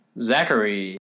Zachary